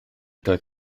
doedd